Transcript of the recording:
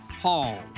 Paul